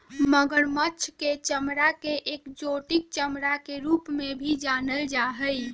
मगरमच्छ के चमडड़ा के एक्जोटिक चमड़ा के रूप में भी जानल जा हई